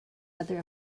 other